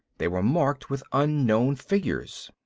they were marked with unknown figures!